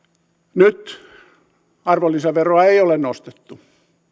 nyt arvonlisäveroa ei ole nostettu